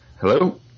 Hello